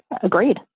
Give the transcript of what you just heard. Agreed